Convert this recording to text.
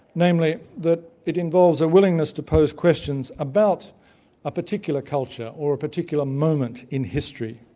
namely that it involves a willingness to pose questions about a particular culture, or a particular moment in history,